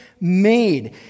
made